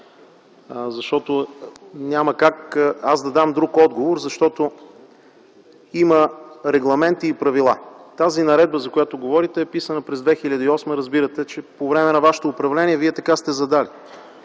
защото няма как аз да дам друг отговор. Има регламенти и правила. Тази наредба, за която говорите, е писана през 2008 г. Разбирате, че по време на Вашето управление Вие така сте задали